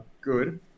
good